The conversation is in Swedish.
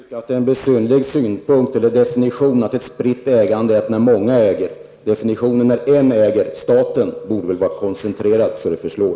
Herr talman! Man kan tycka att det är en besynnerlig synpunkt eller definition, att ett spritt ägande är när många äger. När en äger -- staten -- borde väl ägandet vara koncentrerat så det förslår.